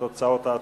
תוצאות ההצבעה.